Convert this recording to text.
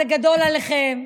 זה גדול עליכם,